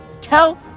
tell